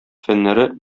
фәннәре